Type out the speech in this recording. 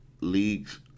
league's